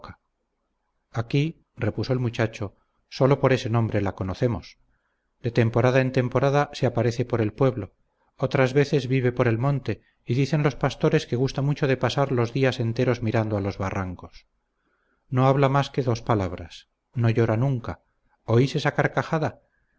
aquí repuso el muchacho sólo por ese nombre la conocemos de temporada en temporada se aparece por el pueblo otras veces vive por el monte y dicen los pastores que gusta mucho de pasar los días enteros mirando a los barrancos no habla más que dos palabras no llora nunca oís